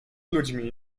ludźmi